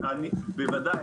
בוודאי,